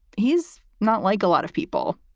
he's not like a lot of people.